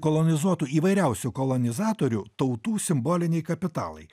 kolonizuotų įvairiausių kolonizatorių tautų simboliniai kapitalai